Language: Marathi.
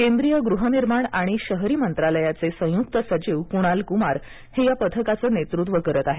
केंद्रीय गृहनिर्माण आणि शहरी मंत्रालयाचे संयूक्त सचिव कुणाल कुमार हे या पथकांचं नेतृत्व करत आहेत